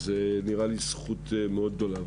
אז זאת נראית לי זכות מאוד גדולה.